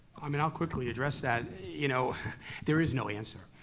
i mean, i'll quickly address that. you know there is no answer.